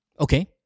Okay